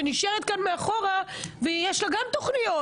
שנשארת כאן מאחור וגם לה יש תוכניות.